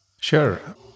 Sure